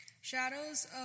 Shadows